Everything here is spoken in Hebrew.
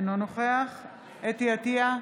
אינו נוכח חוה אתי עטייה,